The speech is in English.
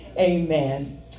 Amen